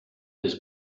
des